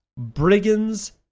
brigands